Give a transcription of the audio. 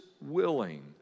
willing